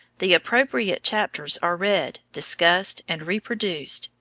the appropriate chapters are read, discussed, and reproduced,